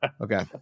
Okay